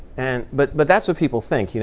and but but that's what people think. you know